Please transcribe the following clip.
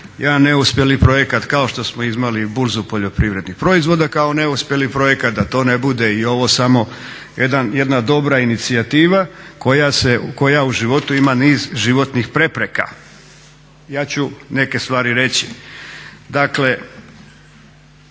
neuspjeli projekat, kao što smo imali burzu poljoprivrednih proizvoda kao neuspjeli projekat, da to ne bude i ovo samo jedna dobra inicijativa koja u životu ima niz životnih prepreka. Ja ću neke stvari reći.